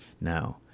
now